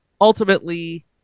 Ultimately